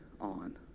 on